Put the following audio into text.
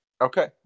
Okay